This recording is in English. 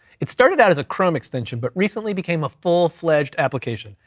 it started out as a chrome extension, but recently became a full fledged application.